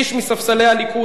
איש מספסלי הליכוד.